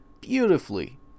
beautifully